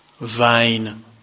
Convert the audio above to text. vain